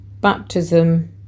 baptism